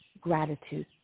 gratitude